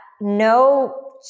no